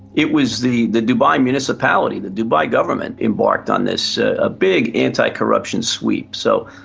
it was the the dubai municipality, the dubai government embarked on this ah big anticorruption sweep. so,